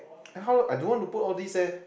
then how I don't want to put all this eh